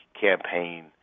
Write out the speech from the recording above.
campaign